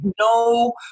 no